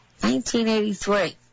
1983